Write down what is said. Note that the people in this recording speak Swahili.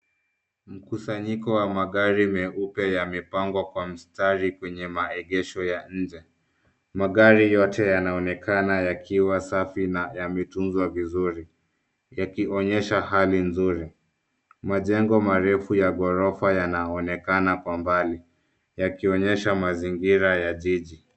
Mkusanyiko wa magari meupe yamepangwa kwa mstari kwenye maegesho ya nje. Magari yote yanaonekana yakiwa safi na yametuzwa vizuri, yakionyesha hali nzuri. Majengo marefu ya ghorofa yanaonekana kwa mbali yakionyesha mazingira ya jiji.